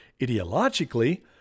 ideologically